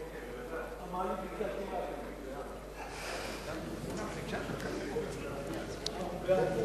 ההצעה להעביר את הצעת חוק הקצאת קרקעות לנכים בנגב (תיקוני